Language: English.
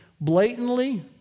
blatantly